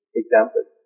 example